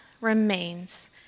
remains